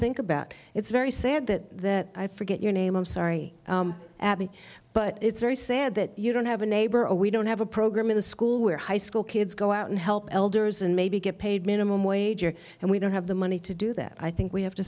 think about it's very sad that i forget your name i'm sorry abby but it's very sad that you don't have a neighbor a we don't have a program in a school where high school kids go out and help elders and maybe get paid minimum wage or and we don't have the money to do that i think we have to